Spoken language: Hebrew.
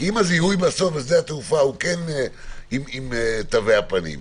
כי אם הזיהוי בשדה התעופה הוא כן עם תווי הפנים,